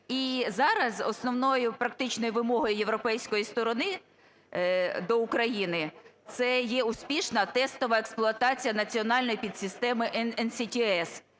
І зараз основною практичною вимогою європейської сторони до України це є успішна тестова експлуатація національної підсистеми NCTS